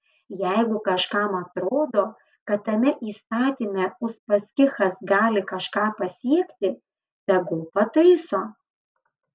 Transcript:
jeigu kažkam atrodo kad tame įstatyme uspaskichas gali kažką pasiekti tegul pataiso